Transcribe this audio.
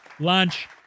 Lunch